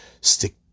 stick